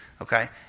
Okay